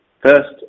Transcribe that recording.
First